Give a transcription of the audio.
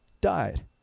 died